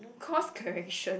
course correction